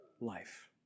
life